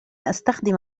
أستخدم